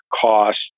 cost